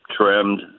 trimmed